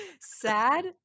Sad